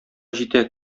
җитә